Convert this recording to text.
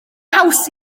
haws